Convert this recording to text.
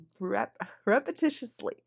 repetitiously